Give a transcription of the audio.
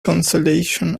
consolation